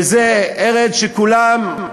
וזו ארץ שכולם,